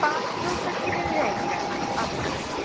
پانچ سو تک کی مل جائے گی میم آپ کو